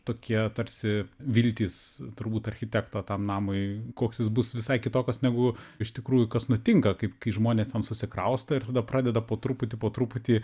tokie tarsi viltys turbūt architekto tam namui koks jis bus visai kitokios negu iš tikrųjų kas nutinka kaip kai žmonės ten susikrausto ir tada pradeda po truputį po truputį